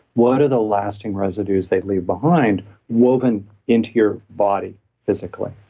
what are the lasting residues they leave behind woven into your body physically,